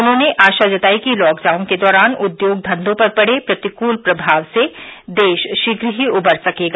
उन्होंने आशा जताई कि लॉकडाउन के दौरान उद्योग धन्धों पर पड़े प्रतिकूल प्रभाव से देश शीघ्र ही उबर सकेगा